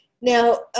Now